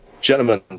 Gentlemen